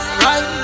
right